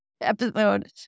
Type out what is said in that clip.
episode